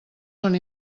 són